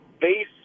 base